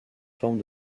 forme